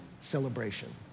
celebration